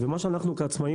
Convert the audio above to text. מה שאנו כעצמאיים,